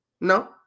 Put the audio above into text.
No